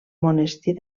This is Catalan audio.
monestir